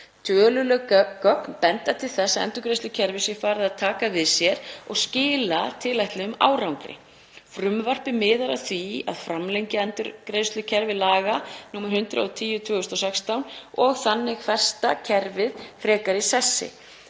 Töluleg gögn benda til þess að endurgreiðslukerfið sé farið að taka við sér og skila tilætluðum árangri. Frumvarpið miðar að því að framlengja endurgreiðslukerfi laga nr. 110/2016 og þannig festa kerfið frekar í sessi.